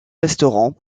restaurants